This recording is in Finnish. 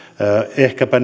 ehkäpä